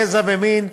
גזע ומין,